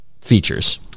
features